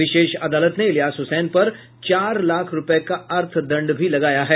विशेष अदालत ने इलियास हुसैन पर चार लाख रूपये का अर्थदंड भी लगाया है